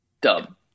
dub